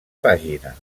pàgina